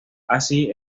así